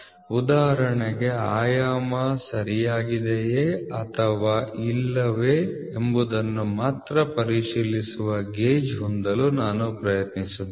ಉದಾಹರಣೆಗೆ ಆಯಾಮ ಸರಿಯಾಗಿದೆಯೇ ಅಥವಾ ಇಲ್ಲವೇ ಎಂಬುದನ್ನು ಮಾತ್ರ ಪರಿಶೀಲಿಸುವ ಗೇಜ್ ಹೊಂದಲು ನಾನು ಪ್ರಯತ್ನಿಸುತ್ತೇನೆ